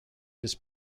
this